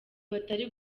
batari